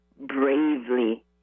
bravely